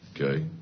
Okay